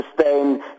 sustain